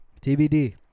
TBD